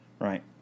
right